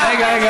רגע,